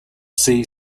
see